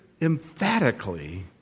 emphatically